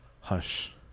Hush